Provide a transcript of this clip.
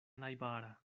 najbara